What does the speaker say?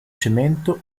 cemento